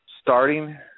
Starting